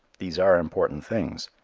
these are important things.